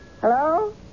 Hello